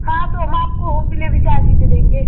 हाँ तो हम आपको होम डिलीवरी चार्ज ही दे देंगे